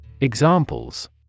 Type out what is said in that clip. Examples